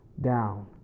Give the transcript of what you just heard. down